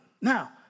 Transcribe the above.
Now